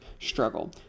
struggle